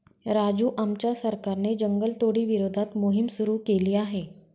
राजू आमच्या सरकारने जंगलतोडी विरोधात मोहिम सुरू केली आहे